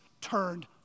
turned